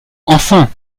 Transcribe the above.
enfin